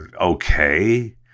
okay